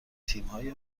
تیمهای